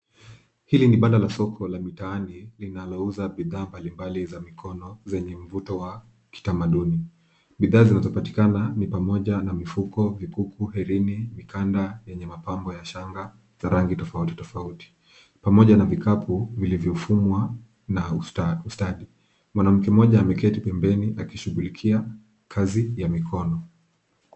Hili ni banda la soko mtaani linalouza bidhaa mbalimbali za mikono zenye mvuto wa kitamaduni. Bidhaa zinazopatikana ni pamoja na mifuko, mikuku, herini, mikanda yenye mapambo ya shanga za rangi tofauti tofauti, pamoja na vikapu vilivyofungwa na ustadi. Mwanamke mmoja ameketi pembeni akishughulikia kazi ya mikono.